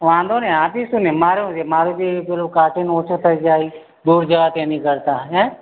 વાંધો નહી આપીશું ને મારે શું છે મારે પેલું કાર્ટૂન ઓછું થઈ જાય દૂર જવાય એની કરતાં હે